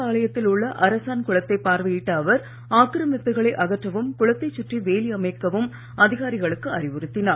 பாளையத்தில் உள்ள அரசான் குளத்தை பார்வையிட்ட அவர் ஆக்கிரமிப்புகளை அகற்றவும் குளத்தைச் சுற்றி வேலி அமைக்கவும் அதிகாரிகளுக்கு அறிவுறுத்தினார்